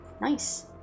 Nice